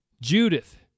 Judith